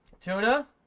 Tuna